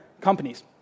companies